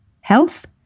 health